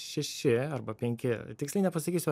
šeši arba penki tiksliai nepasakysiu